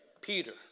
Peter